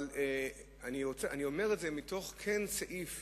אני אומר את זה מתוך דיון בסעיף